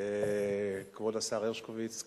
כבוד השר הרשקוביץ,